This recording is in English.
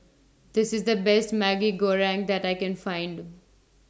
This IS The Best Maggi Goreng that I Can Find